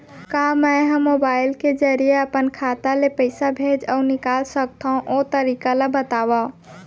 का मै ह मोबाइल के जरिए अपन खाता ले पइसा भेज अऊ निकाल सकथों, ओ तरीका ला बतावव?